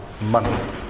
money